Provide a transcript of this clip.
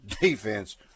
defense